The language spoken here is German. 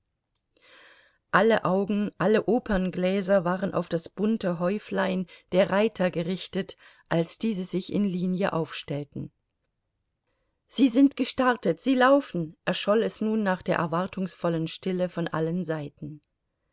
alle augen alle operngläser waren auf das bunte häuflein der reiter gerichtet als diese sich in linie aufstellten sie sind gestartet sie laufen erscholl es nun nach der erwartungsvollen stille von allen seiten